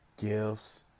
gifts